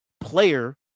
player